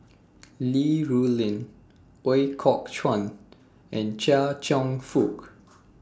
Li Rulin Ooi Kok Chuen and Chia Cheong Fook